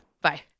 Bye